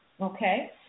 okay